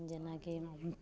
जेनाकि